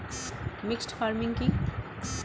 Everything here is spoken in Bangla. মিক্সড ফার্মিং কি?